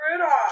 Rudolph